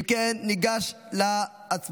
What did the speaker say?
אם כן, ניגש להצבעה.